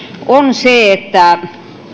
on se että